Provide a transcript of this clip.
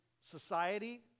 society